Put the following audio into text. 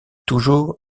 toujours